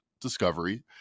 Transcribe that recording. discovery